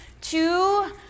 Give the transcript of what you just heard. two